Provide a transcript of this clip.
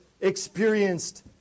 experienced